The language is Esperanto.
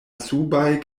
subaj